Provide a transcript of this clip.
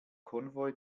konvoi